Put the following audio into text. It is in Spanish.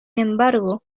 embargo